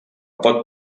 pot